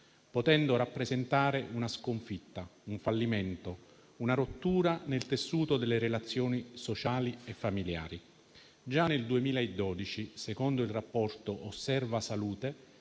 potendo rappresentare una sconfitta, un fallimento, una rottura nel tessuto delle relazioni sociali e familiari. Già nel 2012, secondo il rapporto Osservasalute,